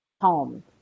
home